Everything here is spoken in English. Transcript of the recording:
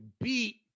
beat